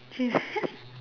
cheat